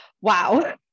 Wow